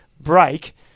break